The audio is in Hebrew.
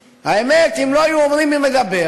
והאמת, אם לא היו אומרים מי מדבר